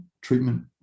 treatment